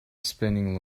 spinning